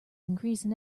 increasing